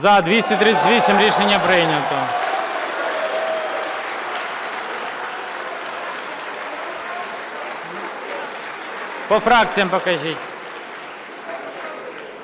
За-238 Рішення прийнято. По фракціям покажіть.